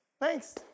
Thanks